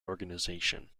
organization